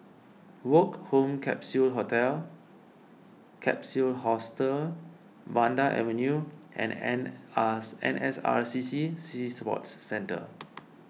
Woke Home Capsule Hotel Capsule Hostel Vanda Avenue and N R N S R C C Sea Sports Centre